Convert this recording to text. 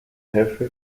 jefe